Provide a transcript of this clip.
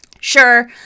Sure